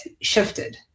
shifted